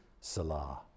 Salah